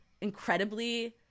incredibly